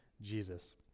Jesus